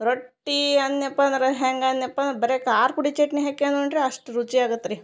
ರೊಟ್ಟಿ ಅನ್ಯಪಂದರೆ ಹೆಂಗೆ ಏನ್ಯಪ್ಪ ಬರೆ ಖಾರ್ ಪುಡಿ ಚಟ್ನಿ ಹಾಕ್ಯಂಡರ ಅಷ್ಟು ರುಚಿ ಆಗತ್ರಿ